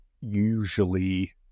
usually